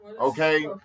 okay